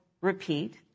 repeat